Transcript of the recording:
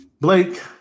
Blake